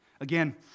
Again